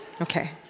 Okay